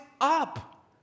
up